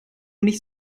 nicht